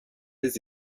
bis